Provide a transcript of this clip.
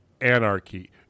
anarchy